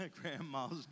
grandma's